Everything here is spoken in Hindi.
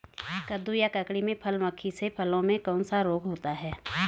कद्दू या ककड़ी में फल मक्खी से फलों में कौन सा रोग होता है?